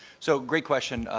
so great question.